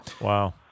Wow